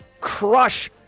crush